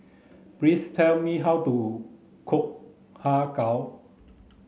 please tell me how to cook har kow